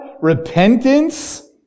repentance